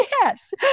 yes